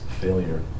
failure